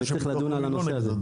וצריך לדון בנושא הזה.